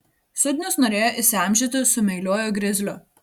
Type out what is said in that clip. sudnius norėjo įsiamžinti su meiliuoju grizliu